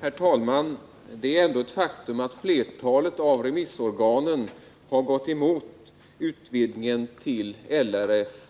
Herr talman! Det är ändå ett faktum att flertalet remissorgan har gått emot utvidgningen till LRF,